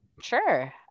Sure